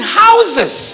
houses